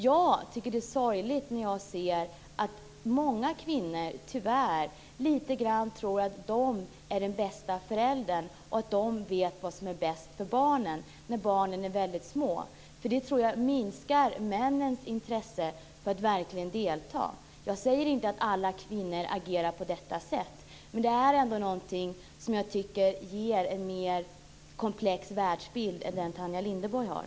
Jag tycker att det är sorgligt att se hur många kvinnor tror att de är den bästa föräldern och att de vet vad som är bäst för barnen när barnen är väldigt små. Jag tror att det minskar männens intresse för att verkligen delta. Jag säger inte att alla kvinnor agerar på detta sätt. Men jag tycker ändå att det ger en mer komplex världsbild än den Tanja Linderborg har.